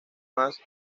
más